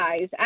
guys